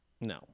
no